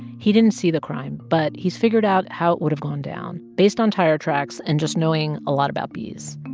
he didn't see the crime, but he's figured out how it would have gone down based on tire tracks and just knowing a lot about bees.